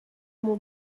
mon